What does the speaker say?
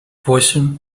восемь